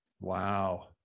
Wow